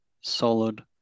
solid